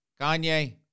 Kanye